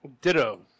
Ditto